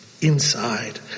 inside